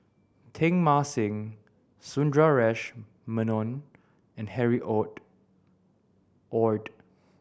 Teng Mah Seng Sundaresh Menon and Harry Ord